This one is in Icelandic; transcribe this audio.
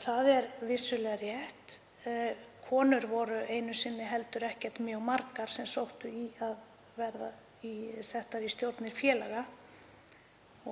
Það er vissulega rétt. Konur voru einu sinni ekki heldur mjög margar sem sóttu í að verða settar í stjórnir félaga